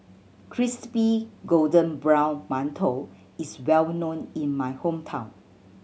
crispy golden brown mantou is well known in my hometown